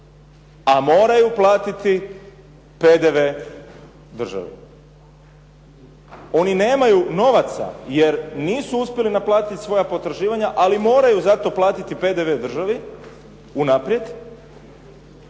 a moraju platiti PDV državi. Oni nemaju novaca jer nisu uspjeli naplatiti svoja potraživanja ali moraju za to platiti PDV državi unaprijed